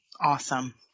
awesome